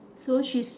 so she